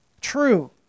true